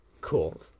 Cool